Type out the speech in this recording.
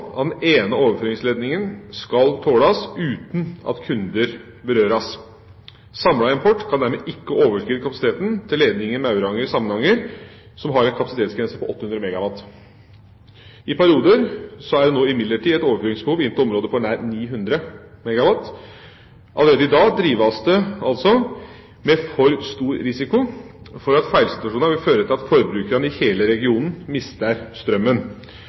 den ene overføringsledningen skal tåles uten at kunder berøres. Samlet import kan dermed ikke overskride kapasiteten til ledningen Mauranger–Samnanger, som har en kapasitetsgrense på 800 MW. I perioder er det nå imidlertid et overføringsbehov inn til området på nær 900 MW. Allerede i dag drives det med for stor risiko for at feilsituasjoner vil føre til at forbrukere i hele regionen mister strømmen.